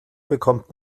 bekommt